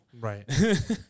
Right